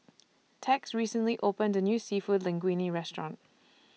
Tex recently opened A New Seafood Linguine Restaurant